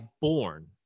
born